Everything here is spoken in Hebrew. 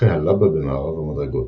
שפכי הלבה במערב המדרגות,